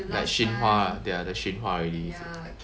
like shinhwa they're the shinhwa already